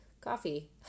coffee